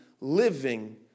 living